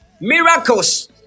miracles